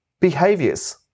Behaviors